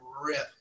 rip